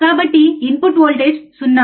కాబట్టి input voltage 0